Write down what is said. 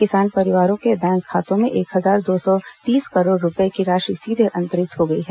किसान परिवारों के बैंक खातों में एक हजार दो सौ तीस करोड़ रूपये की राशि सीधे अंतरित की गई है